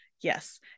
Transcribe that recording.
yes